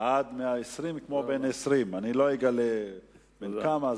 עד 120 כמו בן 20. לא אגלה בן כמה,